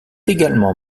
également